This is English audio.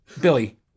Billy